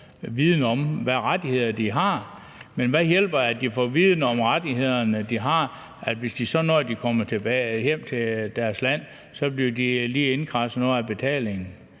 viden om, hvilke rettigheder de har, men hvad hjælper det, at de får viden om de rettigheder, de har, hvis der så, når de kommer hjem til deres land, lige bliver indkradset noget af betalingen?